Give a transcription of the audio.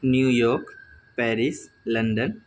New York Paris London